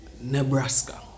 Nebraska